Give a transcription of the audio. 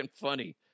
funny